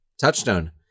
Touchstone